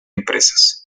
empresas